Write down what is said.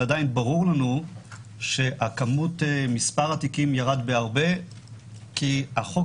עדיין ברור לנו שמספר התיקים ירד בהרבה כי החוק